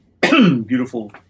beautiful